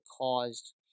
caused